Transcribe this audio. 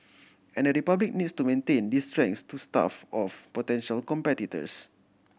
and the Republic needs to maintain these strengths to stave off potential competitors